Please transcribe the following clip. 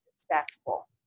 successful